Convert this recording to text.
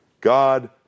God